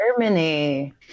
germany